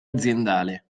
aziendale